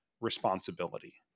responsibility